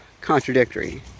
contradictory